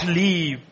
leave